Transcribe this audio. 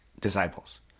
disciples